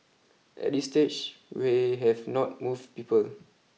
at this stage we have not moved people